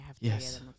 Yes